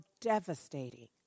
devastating